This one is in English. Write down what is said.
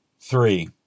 Three